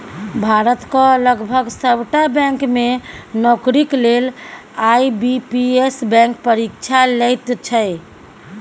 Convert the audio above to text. भारतक लगभग सभटा बैंक मे नौकरीक लेल आई.बी.पी.एस बैंक परीक्षा लैत छै